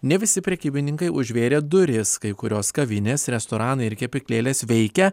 ne visi prekybininkai užvėrė duris kai kurios kavinės restoranai ir kepyklėlės veikia